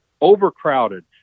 Overcrowded